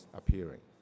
appearing